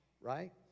right